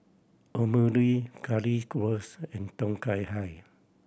Omurice Curry wurst and Tom Kha Gai